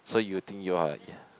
so you think you're